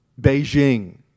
Beijing